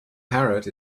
parrot